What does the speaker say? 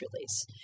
release